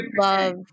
love